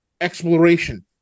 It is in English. exploration